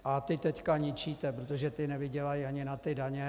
A ty teď ničíte, protože ti nevydělají ani na ty daně.